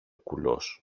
κουλός